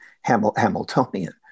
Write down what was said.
Hamiltonian